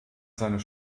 seines